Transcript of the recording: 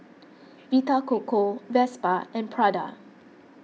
Vita Coco Vespa and Prada